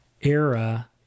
era